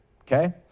okay